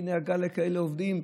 אי-דאגה לכאלה עובדים,